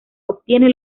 obtiene